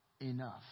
enough